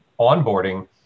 onboarding